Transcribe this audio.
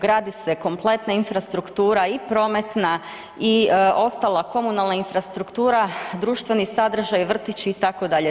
Gradi se kompletna infrastruktura i prometna i ostala komunalna infrastruktura, društveni sadržaji i vrtići itd.